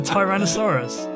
Tyrannosaurus